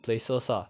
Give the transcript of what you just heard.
places lah